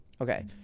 Okay